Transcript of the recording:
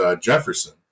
Jefferson